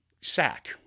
sack